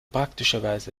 praktischerweise